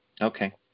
Okay